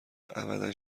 ابدا